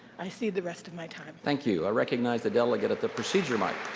i cede the rest of my time. thank you. i recognize the delegate at the procedural mike.